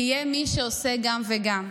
תהיה מי שעושה גם וגם.